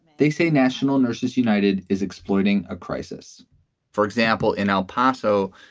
they say national nurses united is exploiting a crisis for example, in el paso,